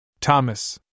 Thomas